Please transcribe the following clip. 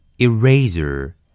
Eraser